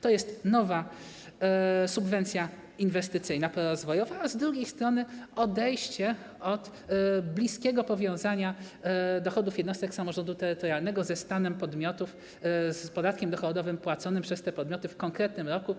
To jest nowa subwencja inwestycyjna prorozwojowa, a z drugiej strony odejście od bliskiego powiązania dochodów jednostek samorządu terytorialnego ze stanem podmiotów, z podatkiem dochodowym płaconym przez te podmioty w konkretnym roku.